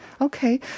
Okay